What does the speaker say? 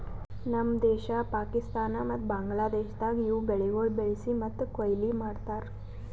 ನಮ್ ದೇಶ, ಪಾಕಿಸ್ತಾನ ಮತ್ತ ಬಾಂಗ್ಲಾದೇಶದಾಗ್ ಇವು ಬೆಳಿಗೊಳ್ ಬೆಳಿಸಿ ಮತ್ತ ಕೊಯ್ಲಿ ಮಾಡ್ತಾರ್